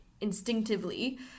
instinctively